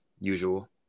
usual